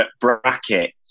bracket